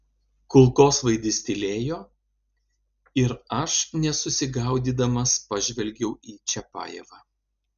kulkosvaidis tylėjo ir aš nesusigaudydamas pažvelgiau į čiapajevą